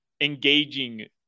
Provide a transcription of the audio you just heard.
engaging